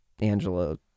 Angela